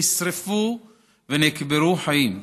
נשרפו ונקברו חיים,